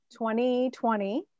2020